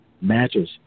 matches